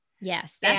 Yes